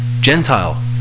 Gentile